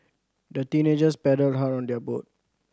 the teenagers paddled hard on their boat